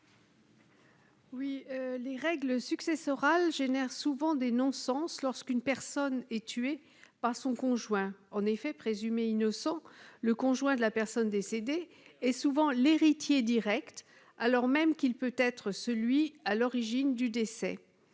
Les règles successorales entraînent souvent des non-sens lorsqu'une personne est tuée par son conjoint. En effet, présumé innocent, le conjoint de la personne décédée est souvent l'héritier direct, alors même qu'il peut être celui à l'origine du décès.